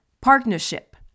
partnership